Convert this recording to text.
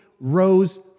rose